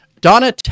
Donna